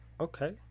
Okay